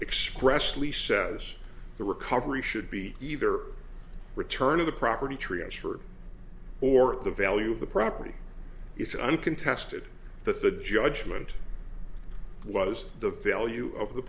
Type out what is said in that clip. expressly says the recovery should be either return of the property transferred or the value of the property is uncontested that the judgment was the value of the